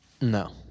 No